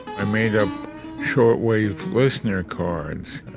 i made up shortwave listener cards,